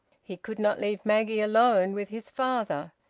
he could not leave maggie alone with his father.